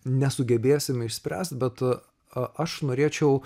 nesugebėsim išspręst bet aš norėčiau